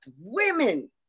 women